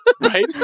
Right